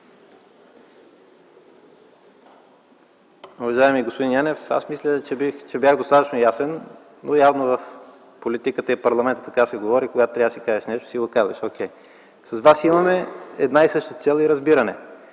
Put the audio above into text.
Уважаеми господин Янев, аз мисля, че бях достатъчно ясен, но явно в политиката и в парламента така се говори – когато трябва да си кажеш нещо, си го казваш. С вас имаме една и съща цел и разбиране.